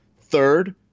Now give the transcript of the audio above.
Third